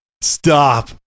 stop